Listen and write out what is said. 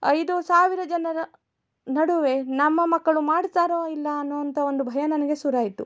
ಐದು ಸಾವಿರ ಜನರ ನಡುವೆ ನಮ್ಮ ಮಕ್ಕಳು ಮಾಡ್ತಾರೋ ಇಲ್ವಾ ಅನ್ನೋ ಅಂತ ಒಂದು ಭಯ ನನಗೆ ಶುರುವಾಯ್ತು